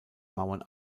mauern